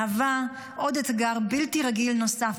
מהווים עוד אתגר בלתי רגיל נוסף,